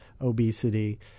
obesity